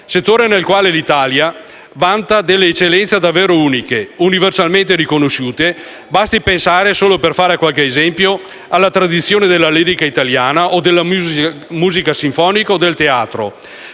settore nel quale l'Italia vanta delle eccellenze davvero uniche e universalmente riconosciute. Basti pensare - solo per fare qualche esempio - alla tradizione della lirica italiana o della musica sinfonica o del teatro.